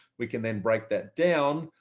we can then break that down.